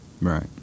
Right